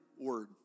word